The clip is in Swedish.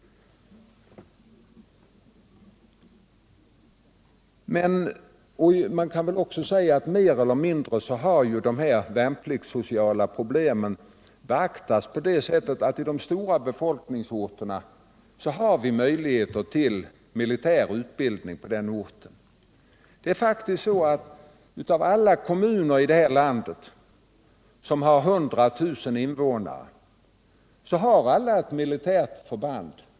Mer eller mindre har också de värnpliktssociala problemen beaktats. I de stora befolkningsområdena finns möjligheter till militärutbildning i närheten av hemorten. I nästan alla våra kommuner med över 100 000 invånare finns det ett militärt förband.